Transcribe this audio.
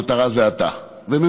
המטרה זו אתה וממשלתך,